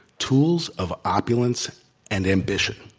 tools of opulence and ambition.